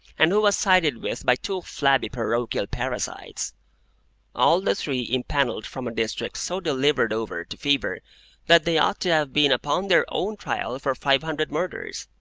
and who was sided with by two flabby parochial parasites all the three impanelled from a district so delivered over to fever that they ought to have been upon their own trial for five hundred murders.